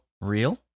real